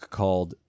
called